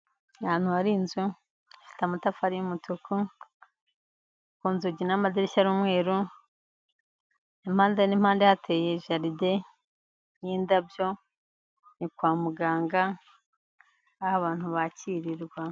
Ahantu hari inzu ifite amatafari y'umutuku, ku nzugi n'amadirishya ari umweru, impande n'impande hateye jaride n'indabyo, ni kwa muganga aho abantu bakirirwa.